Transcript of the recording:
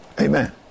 Amen